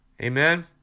Amen